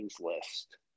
list